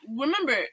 Remember